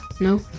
No